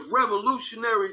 revolutionary